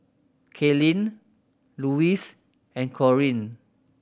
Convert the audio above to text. Kalyn Louise and Corene